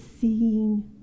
seeing